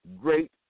great